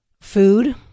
food